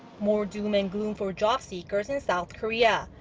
more doom and gloom for jobseekers in south korea.